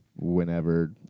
whenever